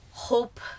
hope